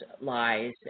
lies